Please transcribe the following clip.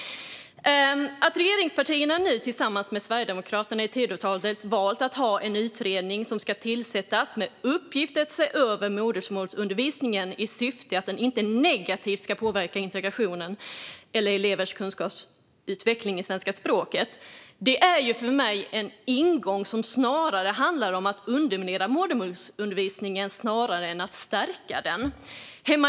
Att regeringspartierna tillsammans med Sverigedemokraterna genom Tidöavtalet valt att låta tillsätta en utredning med uppgift att se över modersmålsundervisningen i syfte att den inte negativt ska påverka integrationen eller elevers kunskapsutveckling i svenska språket är för mig en ingång som snarare handlar om att underminera modersmålsundervisningen än att stärka den.